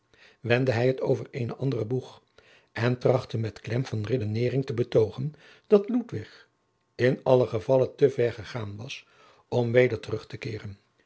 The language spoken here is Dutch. wendde hij het over eenen anderen boeg en trachtte met klem van redeneering te betogen dat ludwig in allen gevalle te ver gegaan was om weder terug te keeren